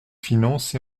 finances